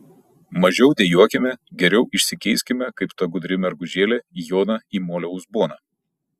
mažiau dejuokime geriau išsikeiskime kaip ta gudri mergužėlė joną į molio uzboną